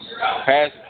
Pass